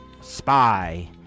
spy